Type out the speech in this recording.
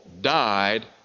died